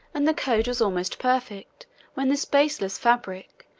and the code was almost perfect when this baseless fabric,